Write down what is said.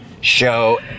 Show